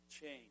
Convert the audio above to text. change